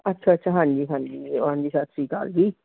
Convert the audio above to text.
ਅੱਛਾ ਅੱਛਾ ਹਾਂਜੀ ਹਾਂਜੀ ਹਾਂਜੀ ਸਤਿ ਸ਼੍ਰੀ ਅਕਾਲ ਜੀ